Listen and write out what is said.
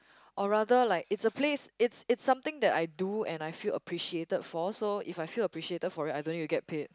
or rather like it's a place it's it's something that I do and I feel appreciated for so if I feel appreciated for it I don't need to get paid